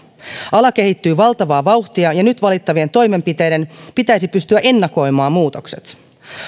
ala kehittyy valtavaa vauhtia ja nyt valittavien toimenpiteiden pitäisi pystyä ennakoimaan muutokset